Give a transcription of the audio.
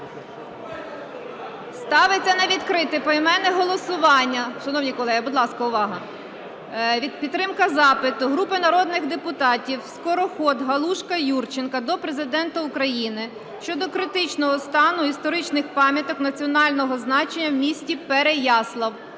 Ставиться на відкрите поіменне голосування (шановні колеги, будь ласка, увага! підтримка запиту групи народних депутатів (Скороход, Галушка, Юрченка) до Президента України щодо критичного стану історичних пам'яток національного значення в місті Переяслав.